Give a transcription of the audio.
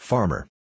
Farmer